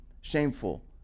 shameful